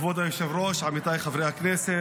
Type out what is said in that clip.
כבוד היושב-ראש, עמיתיי חברי הכנסת,